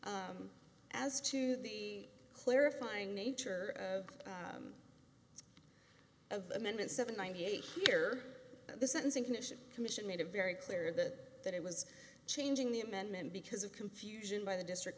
as to the clarifying nature of amendment seven ninety eight here the sentencing commission commission made it very clear that that it was changing the amendment because of confusion by the district